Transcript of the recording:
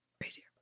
crazier